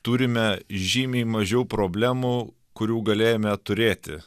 turime žymiai mažiau problemų kurių galėjome turėti